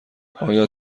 آیا